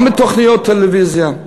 גם בתוכניות טלוויזיה,